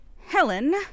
Helen